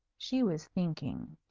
she was thinking,